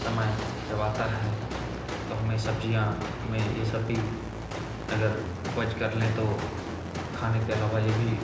समय जब आता है तो हमें सब्जियाँ में यह सब भी अगर उपज कर लें तो खाने के अलावा यह भी